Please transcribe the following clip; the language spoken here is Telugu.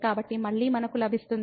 కాబట్టి మళ్ళీ మనకు లభిస్తుంది